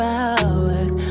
hours